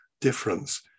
difference